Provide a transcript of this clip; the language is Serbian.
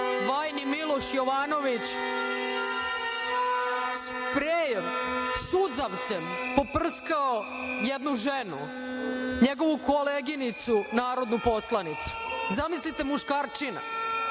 vajni Miloš Jovanović sprejem, suzavcem poprskao jednu ženu, njegovu koleginicu narodnu poslanicu. Zamislite muškarčina